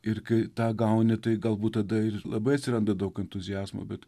ir kai tą gauni tai galbūt tada ir labai atsiranda daug entuziazmo bet